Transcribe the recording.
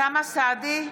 אוסאמה סעדי,